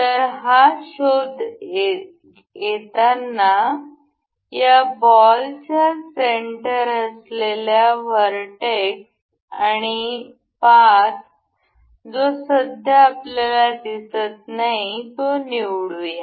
तर हा शोध येताना या बॉलच्या सेंटर असलेल्या र्वरटॅक्स आणि पाथ जो सध्या आपल्याला दिसत नाही आहे तो निवडूया